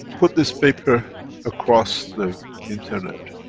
put this paper across the internet.